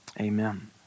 Amen